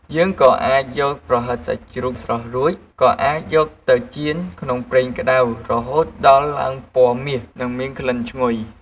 យើងក៏អាចយក ប្រហិតសាច់ជ្រូកស្រុះរួច ក៏អាចយកទៅចៀនក្នុងប្រេងក្តៅរហូតដល់ឡើងពណ៌មាស និងមានក្លិនឈ្ងុយ។